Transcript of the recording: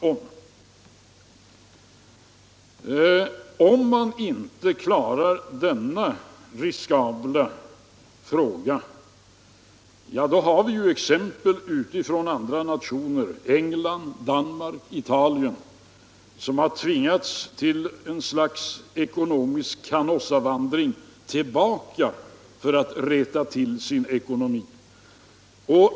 Om man inte klarar denna riskabla fråga har vi exempel från andra nationer på hur det kan gå, t.ex. England, Danmark, Italien, som har tvingats till ett slags ekonomisk Canossavandring tillbaka för att rätta till sin ekonomi.